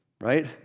right